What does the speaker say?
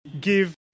give